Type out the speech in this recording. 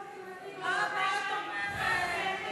מה את אומרת.